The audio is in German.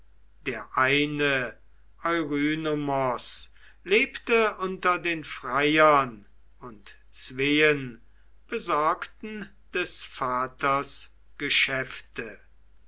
der eine eurynomos lebte unter den freiern und zween besorgten des vaters geschäfte